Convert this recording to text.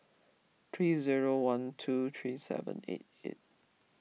three zero one two three seven eight eight